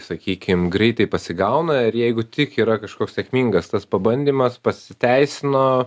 sakykim greitai pasigauna ir jeigu tik yra kažkoks sėkmingas tas pabandymas pasiteisino